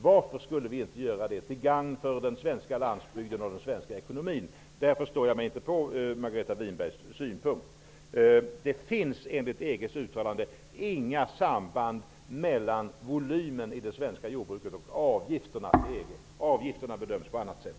Varför skulle vi inte göra det -- till gagn för den svenska landsbygden och den svenska ekonomin? Där förstår jag mig inte på Margareta Winbergs synpunkt. Det finns enligt EG:s uttalande inga samband mellan volymen i det svenska jordbruket och avgifterna till EG. Avgifterna bedöms på annat sätt.